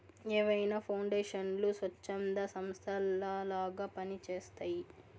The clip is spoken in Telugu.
ఏవైనా పౌండేషన్లు స్వచ్ఛంద సంస్థలలాగా పని చేస్తయ్యి